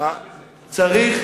מה רע בזה?